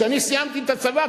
כשאני סיימתי את הצבא,